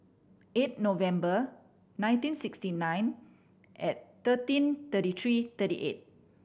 eight November nineteen sixty nine at thirteen thirty three thirty eight